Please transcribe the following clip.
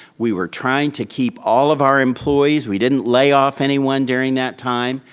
we were trying to keep all of our employees. we didn't lay off anyone during that time.